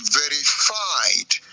verified